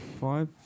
five